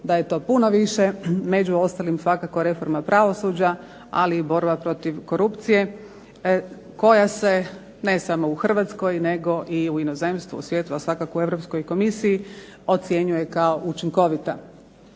da je to puno više među ostalim svakako je reforma pravosuđa, ali i borba protiv korupcije koja se, ne samo u Hrvatskoj, nego i u inozemstvu, u svijetu, a svakako u Europskoj Komisiji ocjenjuje kao učinkovita.